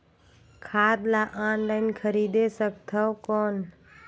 खाद ला ऑनलाइन खरीदे सकथव कौन?